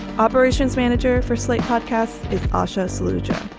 operations manager for slate podcast. is asha suja,